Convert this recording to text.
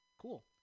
Cool